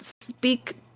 speak